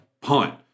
punt